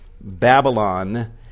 Babylon